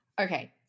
okay